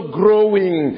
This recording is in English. growing